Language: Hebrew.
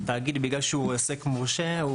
בגלל שהתאגיד הוא עוסק מורשה,